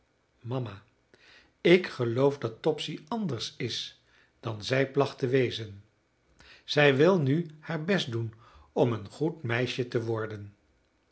mama ik geloof dat topsy anders is dan zij placht te wezen zij wil nu haar best doen om een goed meisje te worden